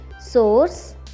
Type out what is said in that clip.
source